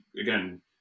again